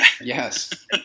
yes